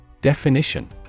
Definition